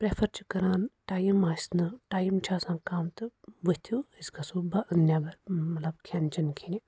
prefer چھِ کَران time آسہِ نہٕ ٹایِٔم چھِ آسان کَم تہٕ ؤتھِو أسۍ گَژھو با نیٚبَر مطلب کھؠن چؠن کھؠنہِ